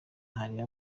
hari